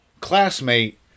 classmate